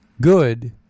good